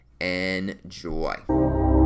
Enjoy